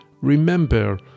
remember